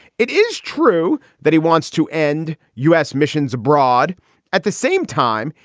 it is true that he wants to end u s. missions abroad at the same time.